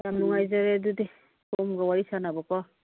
ꯌꯥꯝ ꯅꯨꯡꯉꯥꯏꯖꯔꯦ ꯑꯗꯨꯗꯤ ꯁꯣꯝꯒ ꯋꯥꯔꯤ ꯁꯥꯟꯅꯕꯀꯣ